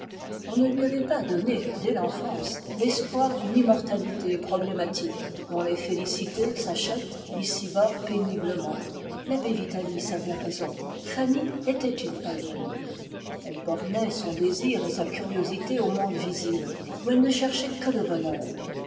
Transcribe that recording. on ne lui avait pas donné dès l'enfance l'espoir d'une immortalité problématique dont les félicités s'achètent ici-bas péniblement l'abbé vitalis avait raison fanny était une païenne elle bornait son désir et sa curiosité au monde visible où elle ne cherchait que le bonheur